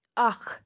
اَکھ